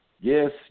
Yes